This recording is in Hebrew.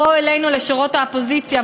בואו אלינו לשורות האופוזיציה,